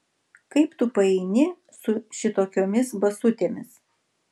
kaip tu paeini su šitokiomis basutėmis